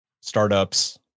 startups